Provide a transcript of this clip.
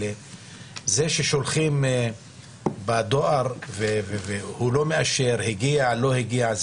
זה ששולחים בדואר והוא לא מאשר אם הגיע או לא הגיע,